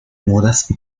modas